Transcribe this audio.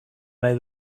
nahi